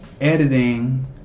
editing